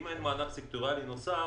אם אין מענק סקטוריאלי נוסף,